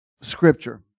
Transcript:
Scripture